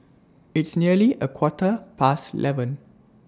It's nearly A Quarter Past eleven